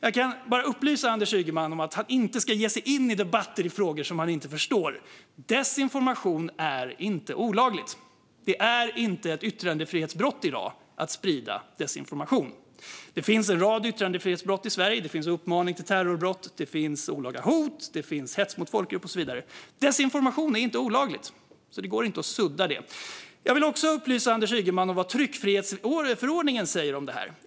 Jag kan bara upplysa Anders Ygeman om att han inte ska ge sig in i debatter i frågor som han inte förstår. Desinformation är inte olaglig. Det är i dag inte ett yttrandefrihetsbrott att sprida desinformation. Det finns en rad yttrandefrihetsbrott i Sverige. Det handlar om uppmaning till terrorbrott, olaga hot, hets mot folkgrupp och så vidare. Desinformation är inte olaglig, så det går inte att sudda det. Jag vill också upplysa Anders Ygeman om vad tryckfrihetsförordningen säger om detta.